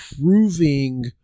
proving